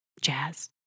Jazz